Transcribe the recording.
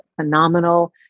phenomenal